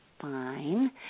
Fine